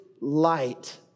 light